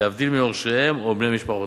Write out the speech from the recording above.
להבדיל מיורשיהם או בני משפחתם.